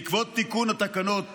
בעקבות תיקון תקנות